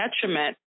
detriment